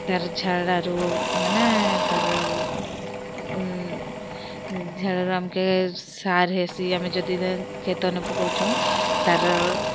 ତାର୍ ଝାଡ଼ାରୁ ମାନେ ତାର୍ ଝାଡ଼ାରୁ ଆମ୍ କେ ସାର୍ ହେସି ଆମେ ଯଦି ଖେତନେ ପକଉଛୁ ତାର୍